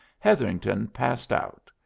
hetherington passed out,